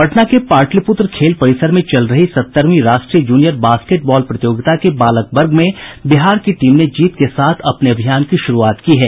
पटना के पाटलिपुत्र खेल परिसर में चल रहे सत्तरवीं राष्ट्रीय जूनियर बास्केट बॉल प्रतियोगिता के बालक वर्ग में बिहार की टीम ने जीत के साथ अपने अभियान की शुरूआत की है